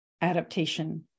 Adaptation